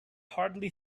hardly